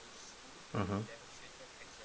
mmhmm